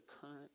current